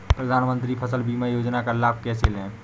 प्रधानमंत्री फसल बीमा योजना का लाभ कैसे लें?